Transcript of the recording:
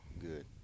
Good